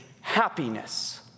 happiness